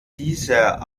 dieser